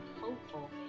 hopeful